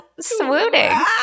swooning